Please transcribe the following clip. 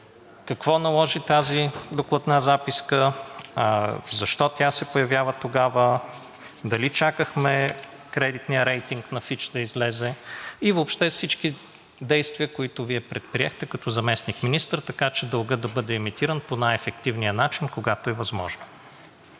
какво наложи тази докладна записка? Защо тя се появява тогава? Дали чакахме кредитния рейтинг на „Фич“ да излезе и въобще всички действия, които Вие предприехте като заместник-министър, така че дългът да бъде емитиран по най-ефективния начин, когато е възможно?